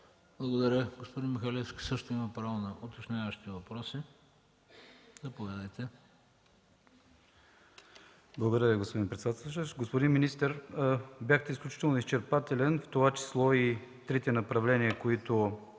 Благодаря. Господин Михалевски също има право на уточняващи въпроси. Заповядайте. ДИМЧО МИХАЛЕВСКИ (КБ): Благодаря, господин председател. Господин министър, бяхте изключително изчерпателен. В това число и трите направления, които